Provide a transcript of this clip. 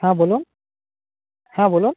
হ্যাঁ বলুন হ্যাঁ বলুন